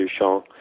Duchamp